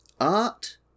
Art